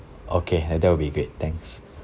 okay that would be great thanks